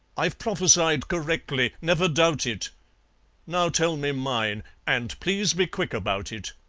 i've prophesied correctly, never doubt it now tell me mine and please be quick about it!